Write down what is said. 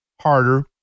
harder